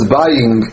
buying